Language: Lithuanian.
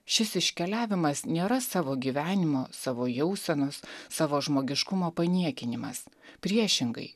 šis iškeliavimas nėra savo gyvenimo savo jausenos savo žmogiškumo paniekinimas priešingai